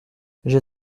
j’ai